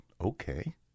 Okay